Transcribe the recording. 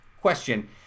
question